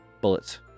bullets